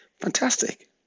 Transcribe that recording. fantastic